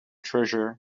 treasure